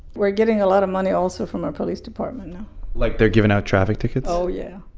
we're getting a lot of money also from our police department now like, they're giving out traffic tickets? oh, yeah